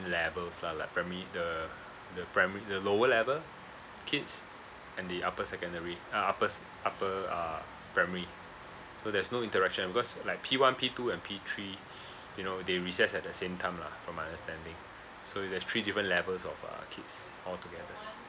levels lah like primary the the primary the lower level kids and the upper secondary uh upper s~ upper uh primary so there's no interaction because like P one P two and P three you know they recess at the same time lah from my understanding so there's three different levels of uh kids altogether